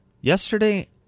Yesterday